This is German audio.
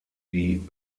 die